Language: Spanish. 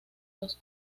los